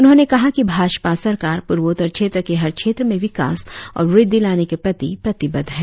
उन्होंने कहा कि भाजपा सरकार पुर्वोत्तर क्षेत्र के हर क्षेत्र में विकास और वृद्धि लाने के प्रति प्रतिबद्ध है